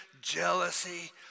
jealousy